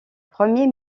premier